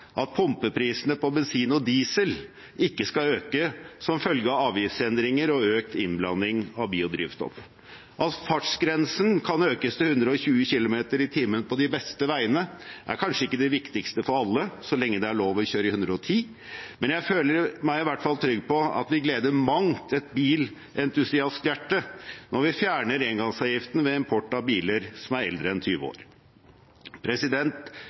at pumpeprisene på bensin og diesel ikke skal øke som følge av avgiftsendringer og økt innblanding av biodrivstoff. At fartsgrensen kan økes til 120 km/t i på de beste veiene, er kanskje ikke det viktigste for alle, så lenge det er lov å kjøre i 110, men jeg føler meg i hvert fall trygg på at vi gleder mangt et bilentusiast-hjerte når vi fjerner engangsavgiften ved import av biler som er eldre enn 20 år.